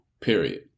period